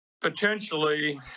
potentially